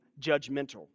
judgmental